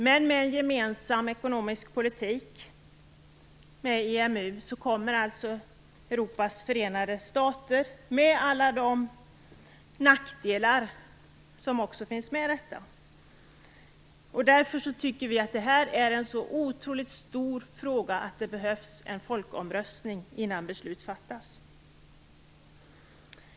Men med en gemensam ekonomisk politik och med EMU kommer Europas förenade stater att bildas med alla de nackdelar som detta för med sig. Därför anser vi att eftersom detta är en så otroligt stor fråga behövs det en folkomröstning innan beslutet fattas.